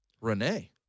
Renee